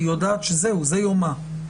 היא יודעת שזהו, זה יומה.